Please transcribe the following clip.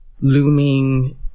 looming